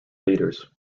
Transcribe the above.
leaders